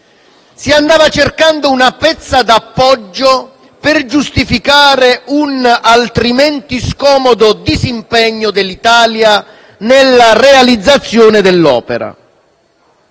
Si andava cercando una pezza d'appoggio per giustificare un altrimenti scomodo disimpegno dell'Italia nella realizzazione dell'opera.